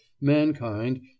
mankind